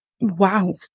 wow